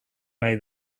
nahi